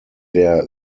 der